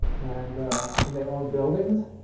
and and they own buildings.